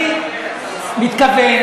אני מתכוון,